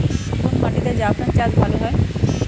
কোন মাটিতে জাফরান চাষ ভালো হয়?